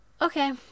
Okay